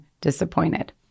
disappointed